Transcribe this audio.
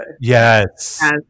Yes